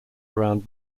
around